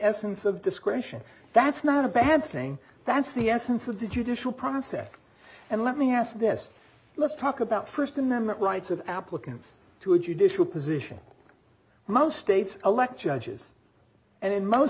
essence of discretion that's not a bad thing that's the essence of the judicial process and let me ask this let's talk about first amendment rights of applicants to a judicial position most states elect judges and in most